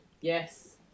yes